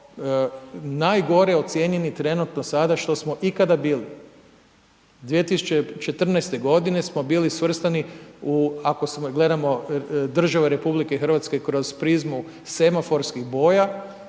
najgore ocijenjeni trenutno sada što smo ikada bili. 2014. godine, smo bili svrstani u, ako gledamo države Republike Hrvatske kroz prizmu semaforskih boja,